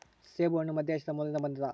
ಸೇಬುಹಣ್ಣು ಮಧ್ಯಏಷ್ಯಾ ಮೂಲದಿಂದ ಬಂದದ